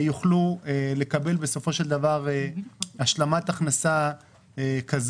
יוכלו לקבל בסופו של דבר השלמת הכנסה או